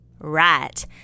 Right